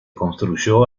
construyó